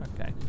Okay